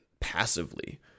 passively